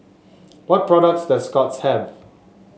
what products does Scott's have